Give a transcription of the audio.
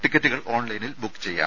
ടിക്കറ്റുകൾ ഓൺലൈനിൽ ബുക്ക് ചെയ്യാം